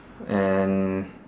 and